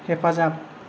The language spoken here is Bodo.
हेफाजाब